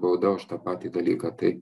bauda už tą patį dalyką tai